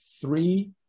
three